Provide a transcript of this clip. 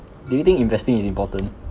do you think investing is important